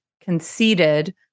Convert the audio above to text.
conceded